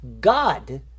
God